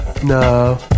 No